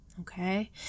Okay